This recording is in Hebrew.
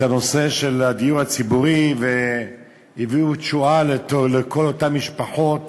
את הנושא של הדיור הציבורי והביאו תשועה לכל אותן משפחות